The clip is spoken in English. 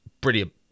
brilliant